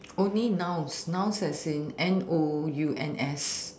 only nouns nouns as in N O U N S